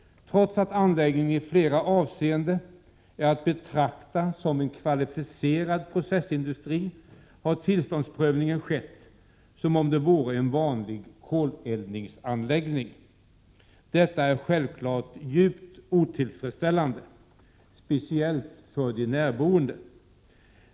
Trots att anläggningen i flera avseenden är att betrakta som en kvalificerad processindustri har tillståndsprövningen varit densamma som för en vanlig koleldningsanläggning. Detta är självfallet djupt otillfredsställande, speciellt för de närboende.